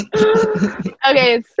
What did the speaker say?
okay